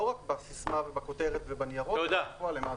לא רק בסיסמה ובכותרת ובניירות אלא בפועל.